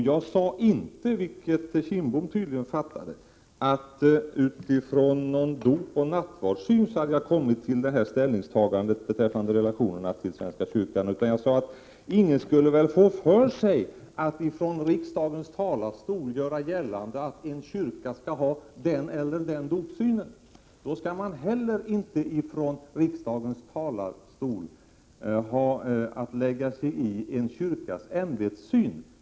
Jag sade inte, vilket Bengt Kindbom tydligen uppfattade det som, att det var utifrån någon dopoch nattvardssyn som jag gjorde mitt ställningstagande beträffande relationerna mellan staten och svenska kyrkan, utan jag sade att ingen skulle väl få för sig att från riksdagens talarstol göra gällande att en kyrka skall ha den eller den dopsynen. Då skall man heller inte från riksdagens talarstol ha att lägga sig i en kyrkas ämbetssyn.